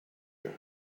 you